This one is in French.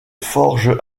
forge